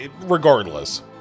regardless